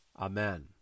amen